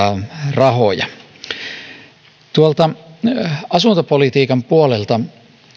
rahoja asuntopolitiikan puolelta